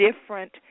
different